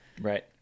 right